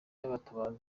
y’abatabazi